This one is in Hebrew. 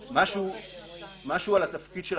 לגרום לכך שיהיה שלטון בישראל שעושה מה בא לו ואין עליו רסן,